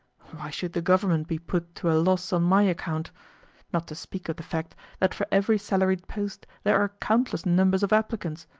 why should the government be put to a loss on my account not to speak of the fact that for every salaried post there are countless numbers of applicants.